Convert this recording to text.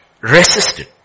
Resisted